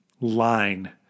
Line